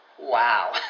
Wow